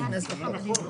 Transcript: התיקון נכנס בחוק.